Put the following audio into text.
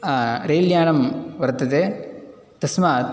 रैल्यानं वर्तते तस्मात्